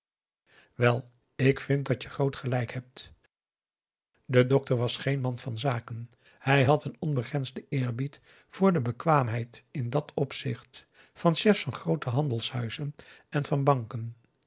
wel ik vind dat je groot gelijk hebt de dokter was geen man van zaken hij had een onbegrensden eerbied voor de bekwaamheid in dat opzicht van p a daum de van der lindens c s onder ps maurits chefs van groote handelshuizen en van banken